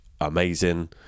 amazing